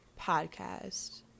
Podcast